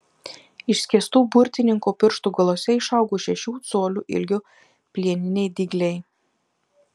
išskėstų burtininko pirštų galuose išaugo šešių colių ilgio plieniniai dygliai